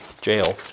jail